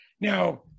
Now